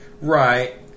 Right